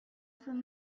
from